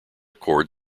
chord